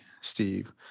Steve